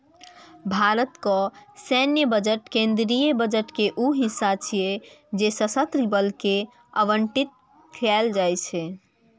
भारतक सैन्य बजट केंद्रीय बजट के ऊ हिस्सा छियै जे सशस्त्र बल कें आवंटित कैल जाइ छै